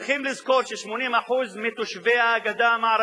צריכים לזכור שגם 80% מתושבי הגדה המערבית,